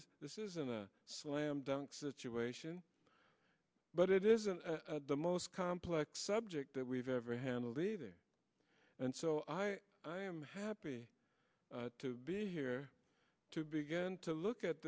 this this isn't a slam dunk situation but it isn't the most complex subject that we've ever handled and so i am happy to be here to begin to look at